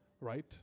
right